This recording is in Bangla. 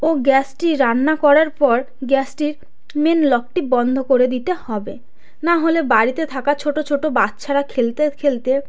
ও গ্যাসটি রান্না করার পর গ্যাসটির মেন লকটি বন্ধ করে দিতে হবে না হলে বাড়িতে থাকা ছোটো ছোটো বাচ্চারা খেলতে খেলতে